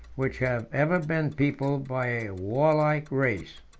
which have ever been peopled by a warlike race.